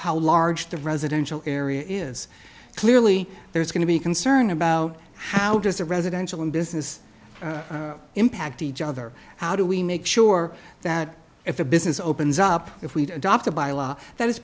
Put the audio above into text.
how large the residential area is clearly there is going to be concern about how does the residential and business impact each other how do we make sure that if a business opens up if we adopt a by law that is